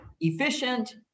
efficient